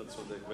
אתה צודק.